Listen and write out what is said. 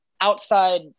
outside